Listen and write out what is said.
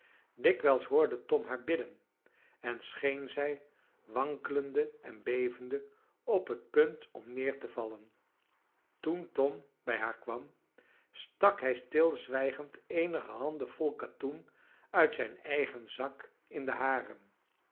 dikwijls hoorde tom haar bidden en scheen zij wankelende en bevende op het punt om neer te vallen toen tom bij haar kwam stak hij stilzwijgend eenige handen vol katoen uit zijn eigen zak in de hare